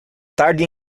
tarde